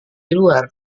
diluar